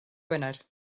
gwener